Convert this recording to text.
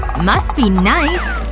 must be nice!